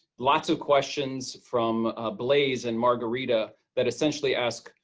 lots of questions from blaze and margarita that essentially ask,